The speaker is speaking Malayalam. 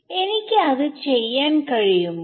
എനിക്ക് അത് ചെയ്യാൻ കഴിയുമോ